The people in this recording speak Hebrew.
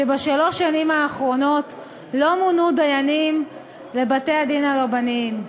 שבשלוש השנים האחרונות לא מונו דיינים לבתי-הדין הרבניים.